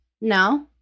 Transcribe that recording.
No